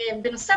בנוסף,